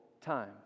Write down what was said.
time